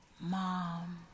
mom